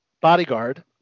bodyguard